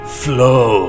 flow